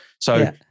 So-